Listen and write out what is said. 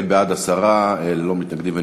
אם כן, בעד, 10, ללא מתנגדים ונמנעים.